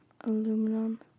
aluminum